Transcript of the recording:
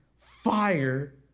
fire